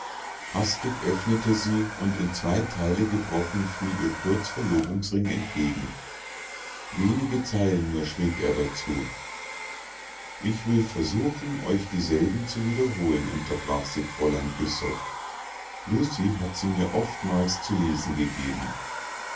hastig öffnet sie und in zwei teile gebrochen fiel ihr curts verlobungsring entgegen wenige zeilen nur schrieb er dazu ich will versuchen euch dieselben zu wiederholen unterbrach sich fräulein güssow lucie hat sie mir oftmals zu lesen gegeben